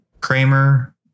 Kramer